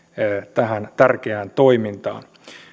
tähän tärkeään toimintaan